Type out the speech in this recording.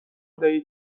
دهید